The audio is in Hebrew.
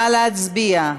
נא להצביע.